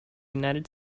united